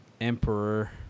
Emperor